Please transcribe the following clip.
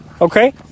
Okay